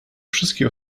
wszystkie